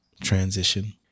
transition